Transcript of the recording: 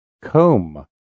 Comb